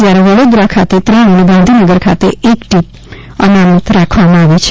જ્યારે વડોદરા ખાતે ત્રણ અને ગાંધીનગર ખાતે એક ટીમ અનામત રાખવામાં આવી છે